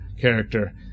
character